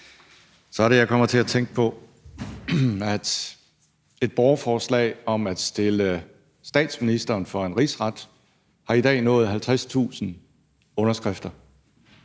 Så er det, jeg kommer til at tænke på, at et borgerforslag om at stille statsministeren for en rigsret i dag har nået 50.000 underskrifter.